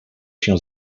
się